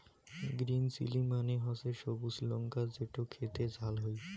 green chilli মানে হসে সবুজ লঙ্কা যেটো খেতে ঝাল হই